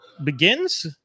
begins